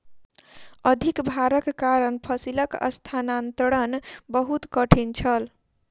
अधिक भारक कारण फसिलक स्थानांतरण बहुत कठिन छल